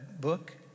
book